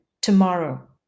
Tomorrow